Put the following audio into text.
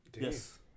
Yes